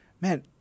man